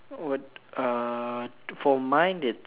what err for mine its